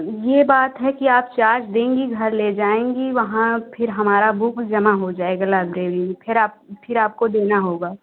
ये बात है कि आप चार दिन ही घर ले जाएँगी वहाँ फिर हमारा बुक जमा हो जाएगा लाइब्रेरी में फिर आप फिर आपको देना होगा